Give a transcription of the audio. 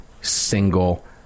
single